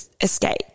escape